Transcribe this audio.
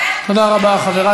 תודה רבה, חבר הכנסת גפני.